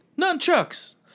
Nunchucks